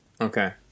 Okay